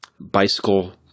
bicycle